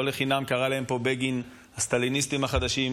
לא לחינם קרא להם פה בגין "הסטליניסטים החדשים",